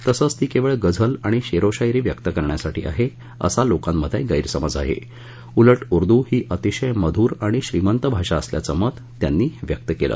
तसंच ती केवळ गझल आणि शेरशायरी व्यक्त करण्यासाठी आहे असा लोकांत गस्तिमज आहे उलट उर्दू ही अतिशय मधूर आणि श्रीमंत भाषा असल्याचं मत त्यांनी व्यक्त केलं